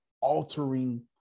altering